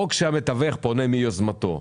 או כשהמתווך פונה מיוזמתו,